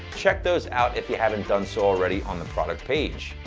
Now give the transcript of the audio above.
check those out if you haven't done so already, on the product page.